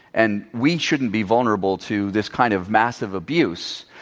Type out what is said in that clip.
and we shouldn't be vulnerable to this kind of massive abuse.